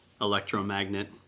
electromagnet